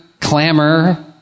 clamor